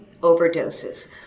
overdoses